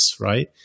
right